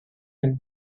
and